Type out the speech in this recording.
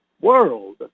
world